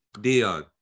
Dion